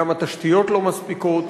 גם התשתיות לא מספיקות.